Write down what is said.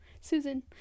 Susan